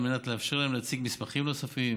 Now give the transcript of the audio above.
על מנת לאפשר להם להציג מסמכים נוספים